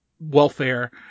welfare